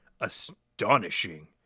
Astonishing